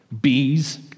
Bees